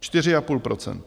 Čtyři a půl procenta.